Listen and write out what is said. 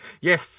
Yes